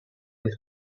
this